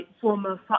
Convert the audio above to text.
former